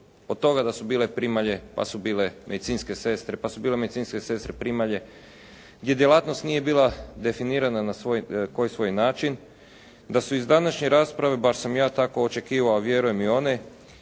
su bile medicinske sestre, pa su bile medicinske sestre primalje i djelatnost nije bila definirana na svoj način. Da su iz današnje rasprave, bar sam ja tako očekivao a vjerujem i one